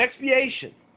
expiation